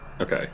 Okay